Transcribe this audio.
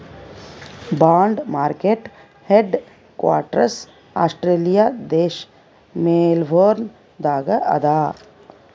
bond market headquarters Australia ದೇಶ್ Melbourne ದಾಗ್ ಅದಾ